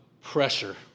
pressure